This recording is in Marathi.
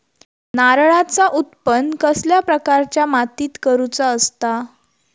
नारळाचा उत्त्पन कसल्या प्रकारच्या मातीत करूचा असता?